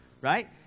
right